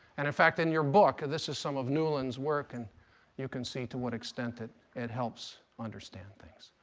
and, in fact, in your book this is some of newlands work, and you can see to what extent it it helps understand things.